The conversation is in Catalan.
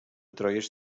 troyes